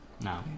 No